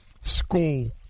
school